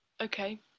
Okay